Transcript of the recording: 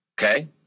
Okay